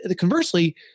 conversely